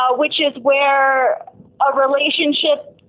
um which is where a relationship.